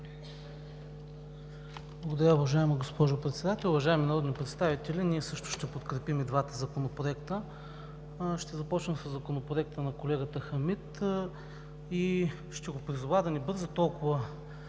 Благодаря, уважаема госпожо Председател. Уважаеми народни представители, ние също ще подкрепим и двата законопроекта. Ще започна със Законопроекта на колегата Хамид и ще го призова да не бърза толкова,